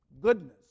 Goodness